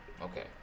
Okay